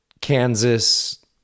Kansas